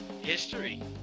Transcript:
history